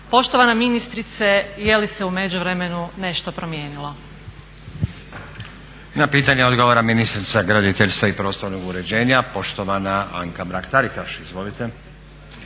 Poštovana ministrice je li se u međuvremenu nešto promijenilo? **Stazić, Nenad (SDP)** Na pitanje odgovara ministrica graditeljstva i prostornog uređenja poštovana Anka Mrak Taritaš. Izvolite.